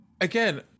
Again